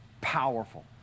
Powerful